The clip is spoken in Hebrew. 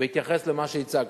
בהתייחס למה שהצגתם,